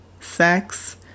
sex